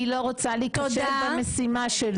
אני לא רוצה להיכשל במשימה שלי.